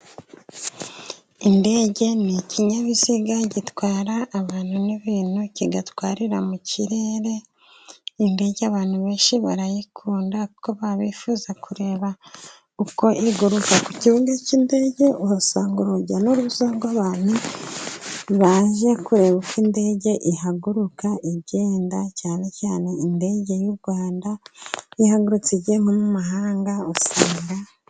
Indege ni ikinyabiziga gitwara abantu n'ibintu, kigatwarira mu kirere, indege abantu benshi barayikunda, kuko baba bifuza kureba uko iguruka. Ku kibuga cy'indege uhasanga urujya n'uruza rw'abantu baje kureba uko indege ihaguruka, igenda, cyane cyane indege y'u Rwanda, iyo ihagurutse igiye nko mu mahanga usanga...